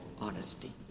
honesty